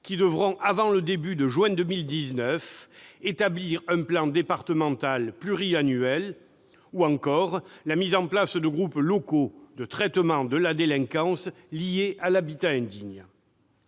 qui devront établir, avant le début de juin 2019, un plan départemental pluriannuel, et elle incite à la mise en place de groupes locaux de traitement de la délinquance liée à l'habitat indigne.